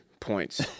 points